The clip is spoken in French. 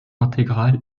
intégrale